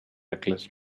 reckless